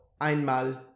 Einmal